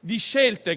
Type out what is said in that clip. di scelte